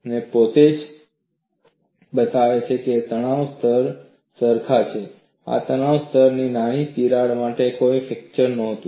આ પોતે જ બતાવે છે કે તણાવ સ્તર સરખા છે અને આ તણાવ સ્તર પર નાની તિરાડ માટે કોઈ ફ્રેક્ચર નહોતું